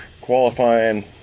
qualifying